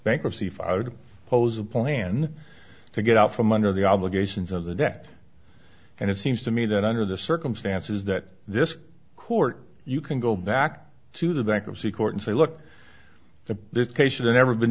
bankruptcy if i would pose a plan to get out from under the obligations of the debt and it seems to me that under the circumstances that this court you can go back to the bankruptcy court and say look the this case of the never been